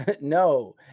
no